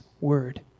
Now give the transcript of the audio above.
word